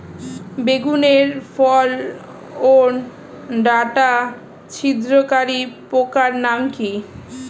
বেগুনের ফল ওর ডাটা ছিদ্রকারী পোকার নাম কি?